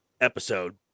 episode